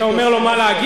אתה אומר לו מה להגיד?